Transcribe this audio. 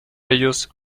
ellos